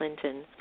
Clinton